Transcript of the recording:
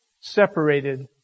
separated